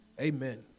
Amen